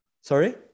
sorry